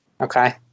Okay